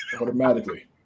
automatically